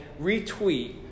retweet